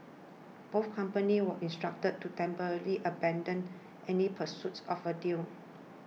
both companies were instructed to temporarily abandon any pursuits of a deal